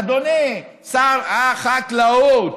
אדוני שר החקלאות,